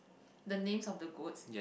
the names of the goats